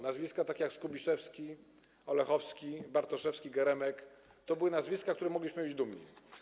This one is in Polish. Nazwiska takie jak Skubiszewski, Olechowski, Bartoszewski, Geremek to były nazwiska, z których mogliśmy być dumni.